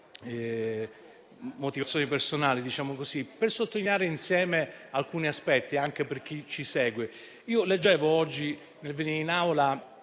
motivazioni personali. Mi preme sottolineare insieme alcuni aspetti, anche per chi ci segue. Leggevo oggi, nel venire in Aula,